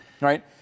Right